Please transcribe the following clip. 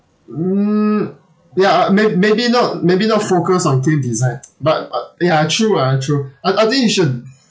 mm there are may~ maybe not maybe not focus on say design but but uh ya true ah true I I think it should